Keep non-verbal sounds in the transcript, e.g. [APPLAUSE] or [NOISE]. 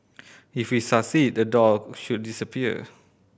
[NOISE] if we succeed the door should disappear